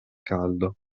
caldo